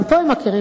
גם פה הם מכירים,